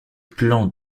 plan